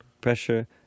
Pressure